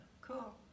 Cool